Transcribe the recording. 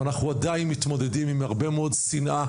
אנחנו עדיין מתמודדים עם הרבה מאוד שנאה